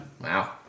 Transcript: Wow